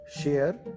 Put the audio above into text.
share